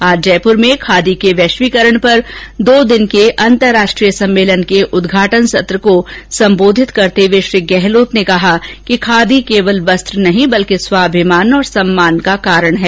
आज जयपुर में खादी के वैश्वीकरण पर दो दिवसीय अन्तर्राष्ट्रीय सम्मेलन के उद्घाटन सत्र को सम्बोधित करते हुए श्री गहलोत ने कहा कि खादी केवल वस्त्र नहीं बल्कि स्वाभिमान और सम्मान का कारण है